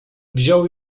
wziął